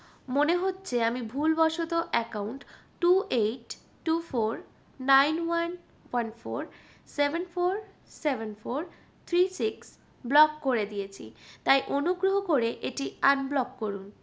মনে হচ্ছে আমি ভুলবশত account two eight two four nine one one four seven four seven four three six block করে দিয়েছি তাই অনুগ্রহ করে এটি আনব্লক করুন